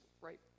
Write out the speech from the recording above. right